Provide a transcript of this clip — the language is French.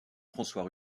françois